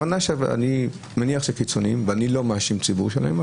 אני לא מאשים ציבור שלם,